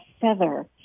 feather